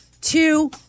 Two